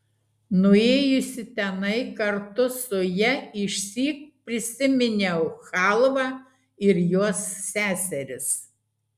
nuėjusi tenai kartu su ja išsyk prisiminiau chalvą ir jos seseris